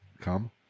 Come